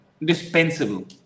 dispensable